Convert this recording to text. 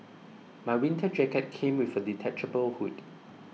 my winter jacket came with a detachable hood